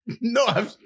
No